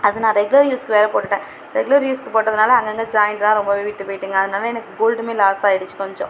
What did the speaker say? அது நான் ரெகுலர் யூஸ்க்கு வேறு போட்டுவிட்டேன் ரெகுலர் யூஸ்க்கு போட்டதுனால் அங்கங்கே ஜாயிண்ட்லாம் ரொம்பவே விட்டு போயிட்டுங்க அதனால் எனக்கு கோல்டுமே லாஸ் ஆயிடுச்சு கொஞ்சம்